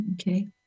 Okay